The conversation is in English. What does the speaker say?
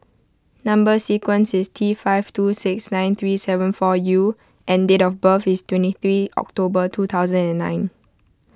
Number Sequence is T five two six nine three seven four U and date of birth is twenty three October two thousand and nine